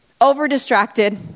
over-distracted